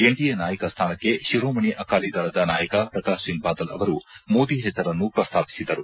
NDA ನಾಯಕ ಸ್ವಾನಕ್ಕೆ ಶಿರೋಮಣಿ ಅಕಾಲಿದಳದ ನಾಯಕ ಪ್ರಕಾಶ್ ಸಿಂಗ್ ಬಾದಲ್ ಅವರು ಮೋದಿ ಹೆಸರನ್ನು ಪ್ರಸ್ತಾಪಿಸಿದರು